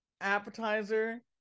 appetizer